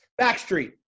Backstreet